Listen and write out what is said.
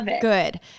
good